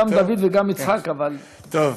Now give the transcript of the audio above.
גם דוד וגם יצחק, אבל, טוב.